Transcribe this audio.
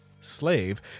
slave